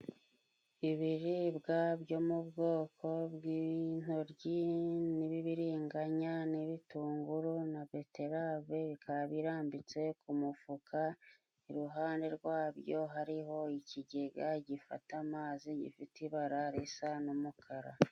Ibiribwa byo mu bwoko bw'intoryi n'ibibiriganya n'ibitunguru na Beterave, ikaba irambitse ku mufuka iruhande rwabyo hariho ikigega gifata amazi gifite ibara risa n'umukara.